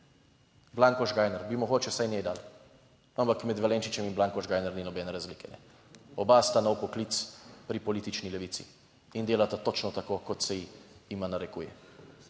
Blanko Žgajnar, bi mogoče vsaj dali, ampak med Valenčičem in Branko Žgajner ni nobene razlike - oba sta v poklic pri politični levici in delata točno tako, kot se jima narekuje.